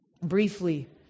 Briefly